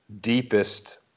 deepest